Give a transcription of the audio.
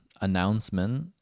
announcement